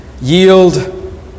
yield